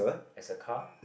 as a car